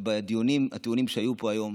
ובדיונים הטעונים שהיו פה היום,